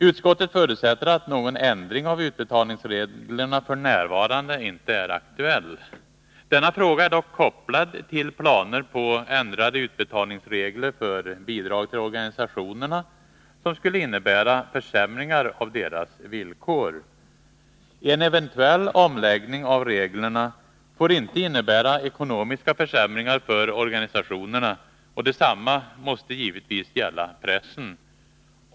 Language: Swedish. Utskottet förutsätter att någon ändring av utbetalningsreglerna f. n. inte är aktuell. Denna fråga är dock kopplad till planer på ändrade utbetalningsregler för bidrag till organisationerna. Sådana ändrade utbetalningsregler skulle innebära försämringar av organisationernas villkor. En eventuell omläggning av reglerna får inte innebära ekonomiska försämringar för organisationerna. Detsamma måste givetvis gälla pressen.